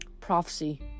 Prophecy